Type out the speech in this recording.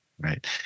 Right